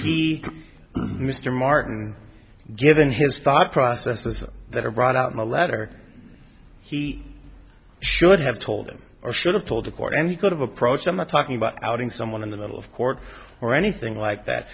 dear mr martin given his thought processes that are brought out in the letter he should have told him or should've told the court and he could have approached i'm not talking about outing someone in the middle of court or anything like that